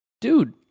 dude